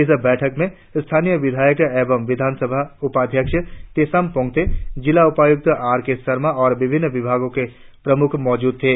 इस बैठक में स्थानीय विधायक एवं विधानसभा उपाध्याक्ष तेसाम पोंगते जिला उपायुक्त आर के शर्मा और विभिन्न विभागों के प्रमुख मौजूद थे